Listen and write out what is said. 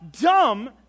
dumb